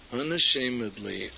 unashamedly